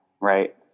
Right